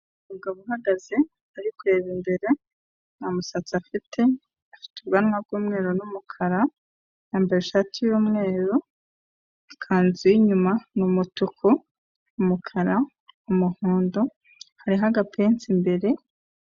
Umugabo uhagaze ari kureba imbere, nta musatsi afite, afite ubwanwa bw'umweru n'umukara, yambaye ishati y'umweru, ikanzu y'inyuma ni umutuku, umukara, umuhondo, hariho agapensu imbere...